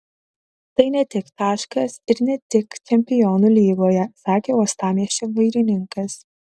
tai ne tik taškas ir ne tik čempionų lygoje sakė uostamiesčio vairininkas